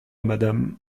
madame